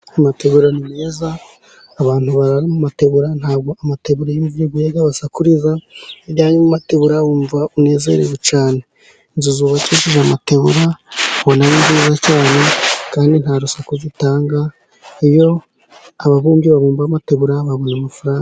Amategura ni meza, abantu barara mu mategura ntabwo iyo imvura iguye ibasakuriza, iyo uryamye mumategura wumva unezerewe cyane. Inzu zubakishije amategura ubona ari nziza cyane, kandi nta rusaku itanga, iyo ababumbyi babumba amategura babona amafaranga.